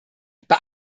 bei